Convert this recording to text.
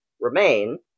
remain